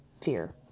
fear